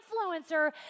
influencer